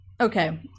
okay